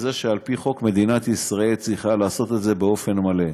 וזה כשעל פי חוק מדינת ישראל צריכה לעשות את זה באופן מלא.